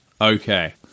Okay